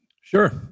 Sure